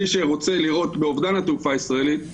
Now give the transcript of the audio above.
מי שרוצה לראות באובדן התעופה הישראלית,